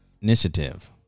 Initiative